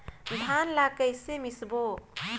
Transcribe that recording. धान ला कइसे मिसबो?